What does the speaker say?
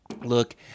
Look